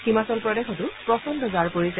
হিমাচল প্ৰদেশতো প্ৰচণ্ড জাৰ পৰিছে